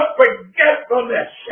forgetfulness